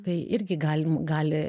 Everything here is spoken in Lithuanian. tai irgi galim gali